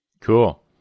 Cool